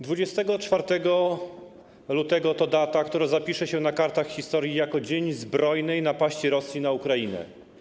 24 lutego to data, która zapisze się na kartach historii jako dzień zbrojnej napaści Rosji na Ukrainę.